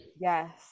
Yes